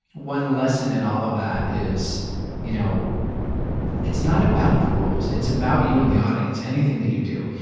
one lesson in all of that is you know it's not about the rules it's about you and the audience, anything that you do.